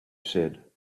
said